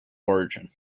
origin